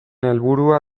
helburua